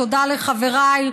תודה לחבריי,